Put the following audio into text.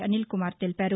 అనిల్ కుమార్ తెలిపారు